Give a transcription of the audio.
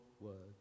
words